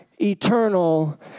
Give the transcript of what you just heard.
eternal